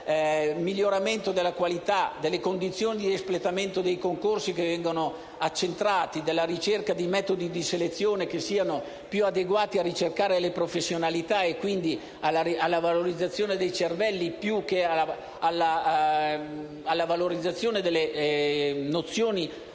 del miglioramento della qualità delle condizioni di espletamento dei concorsi che vengono accentrati e della ricerca di metodi di selezione che siano più adeguati alla ricerca delle professionalità e, quindi, alla valorizzazione dei cervelli, più che alla valorizzazione delle conoscenze puramente